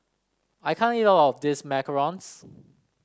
I can't eat all of this macarons